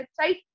website